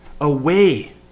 away